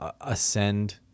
ascend